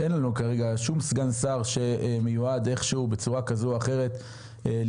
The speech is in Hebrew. אין לנו כרגע שום סגן שר שמיועד בצורה כזו או אחרת להתמודד